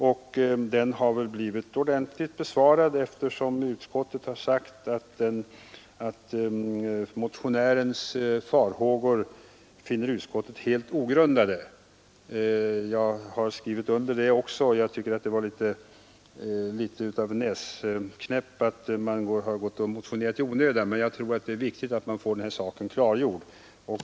Den motionen har väl blivit gynnsamt behandlad, eftersom utskottet har sagt att utskottet finner motionärens farhågor helt ogrundade. Jag har skrivit under detta. Jag tycker det var litet av en näsknäpp för att man har motionerat i onödan, men det är viktigt att vi får den här saken klargjord.